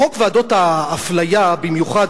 חוק ועדות האפליה במיוחד,